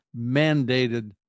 mandated